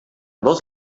dos